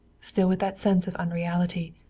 still with that sense of unreality,